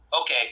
Okay